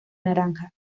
naranja